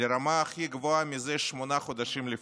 לרמה הכי גבוהה מזה שמונה חודשים לפחות,